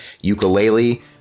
Ukulele